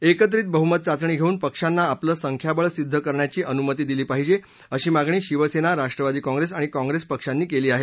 एकत्रित बहुमत चाचणी घेऊन पक्षांना आपलं संख्याबळ सिद्ध करण्याची अनुमती दिली पाहिजे अशी मागणी शिवसेना राष्ट्रवादी काँग्रेस आणि काँग्रेस पक्षांनी केली आहे